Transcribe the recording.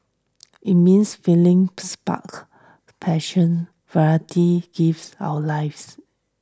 it means feeling spark passion variety gives our lives